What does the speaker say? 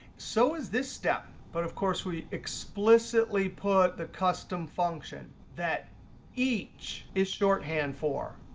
so is this step, but, of course, we explicitly put the custom function that each is shorthand for.